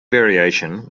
variation